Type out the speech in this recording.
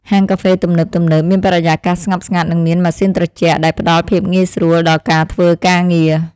ហាងកាហ្វេទំនើបៗមានបរិយាកាសស្ងប់ស្ងាត់និងមានម៉ាស៊ីនត្រជាក់ដែលផ្តល់ភាពងាយស្រួលដល់ការធ្វើការងារ។